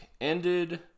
ended